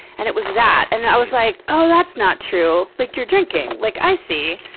and it was that. and i was like, oh, that's not true. like, you're drinking. like, i see.